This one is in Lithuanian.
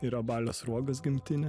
yra balio sruogos gimtinė